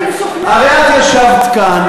אני משוכנעת.